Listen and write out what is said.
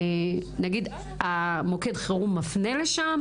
נגיד מוקד החירום מפנה לשם?